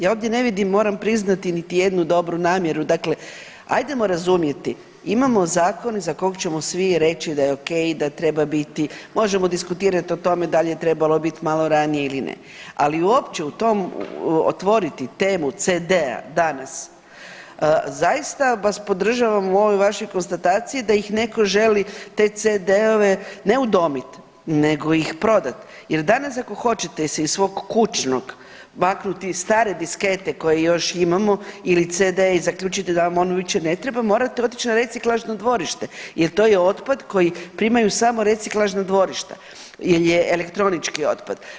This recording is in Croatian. Ja ovdje ne vidim moram priznati niti jednu dobru namjeru, dakle ajdemo razumjeti imamo zakon za kog ćemo svi reći da je okej, da treba biti, možemo diskutirat o tome da li je trebalo bit malo ranije ili ne, ali uopće u tom otvoriti temu CD-a danas zaista vas podržavam u ovoj vašoj konstataciji da ih neko želi te CD-ove ne udomit nego ih prodat jer danas ako hoćete se iz svog kućnog maknuti stare diskete koje još imamo ili CD-e i zaključit da vam oni više ne treba morate otić na reciklažno dvorište jer to je otpad koji primaju samo reciklažna dvorišta jel je elektronički otpad.